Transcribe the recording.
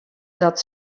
dat